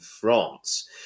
France